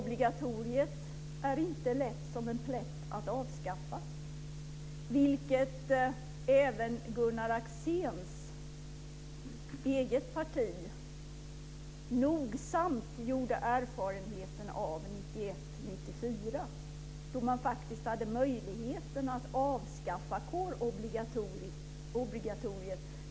Det är inte lätt som en plätt att avskaffa kårobligatoriet, vilket även Gunnar Axéns eget parti nogsamt fick göra erfarenheten av 1991-1994, då man hade möjlighet att avskaffa det.